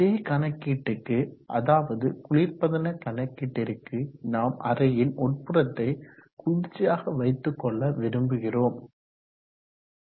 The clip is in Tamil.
அதே கணக்கீட்டுக்கு அதாவது குளிர்பதன கணக்கீட்டிற்கு நாம் அறையின் உட்புறத்தை குளிர்ச்சியாக வைத்துக் கொள்ள விரும்புகிறோம்